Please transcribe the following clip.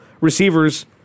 receivers